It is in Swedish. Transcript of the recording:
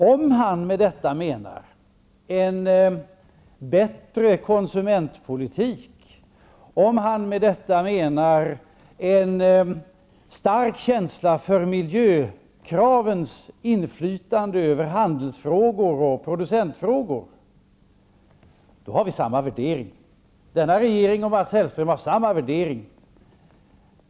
Om han däremot med det menar en bättre konsumentpolitik, om han med det menar en stark känsla för miljökravens inflytande över handelsfrågor och producentfrågor har vi samma värdering, ja, då har regeringen och Mats Hellström samma värdering.